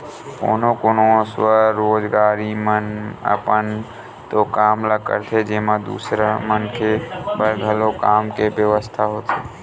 कोनो कोनो स्वरोजगारी मन अपन तो काम ल करथे जेमा दूसर मनखे बर घलो काम के बेवस्था होथे